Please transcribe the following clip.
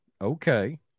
Okay